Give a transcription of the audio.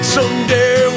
Someday